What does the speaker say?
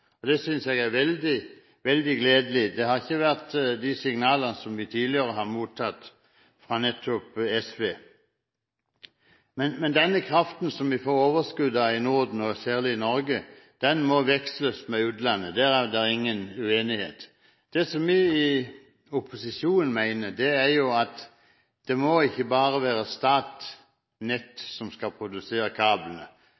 Det synes jeg er veldig, veldig gledelig. Det har ikke vært slike signaler vi tidligere har mottatt fra SV. Denne kraften som vi får overskudd av i Norden, og særlig i Norge, må utveksles med utlandet – derom er det ingen uenighet. Vi i opposisjonen mener at det ikke bare må være Statnett som skal produsere kablene. De andre aktørene er stort sett eid av det